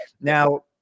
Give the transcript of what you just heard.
Now